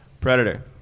Predator